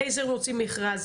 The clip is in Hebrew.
לייזר מוציא מכרז,